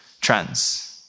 trends